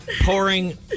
Pouring